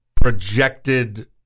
projected